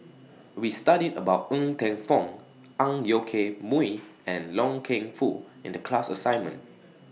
We studied about Ng Teng Fong Ang Yoke Mooi and Loy Keng Foo in The class assignment